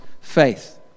faith